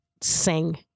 sing